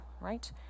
right